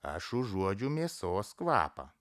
aš užuodžiu mėsos kvapą